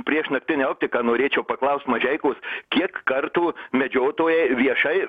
prieš naktinę optiką norėčiau paklaust mažeikos kiek kartų medžiotojai viešai